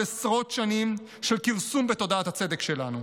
עשרות שנים של כרסום בתודעת הצדק שלנו.